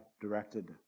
directed